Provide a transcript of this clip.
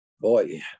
Boy